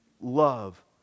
love